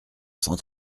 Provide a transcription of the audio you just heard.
cent